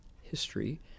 history